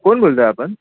कोण बोलत आहे आपण